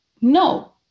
no